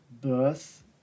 birth